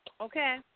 Okay